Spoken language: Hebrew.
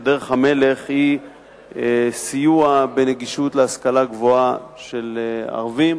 ודרך המלך היא סיוע בנגישות ההשכלה הגבוהה לערבים